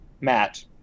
Matt